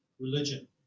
Religion